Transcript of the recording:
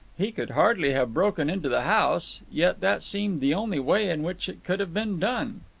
he could hardly have broken into the house. yet that seemed the only way in which it could have been done.